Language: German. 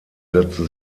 setzte